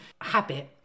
habit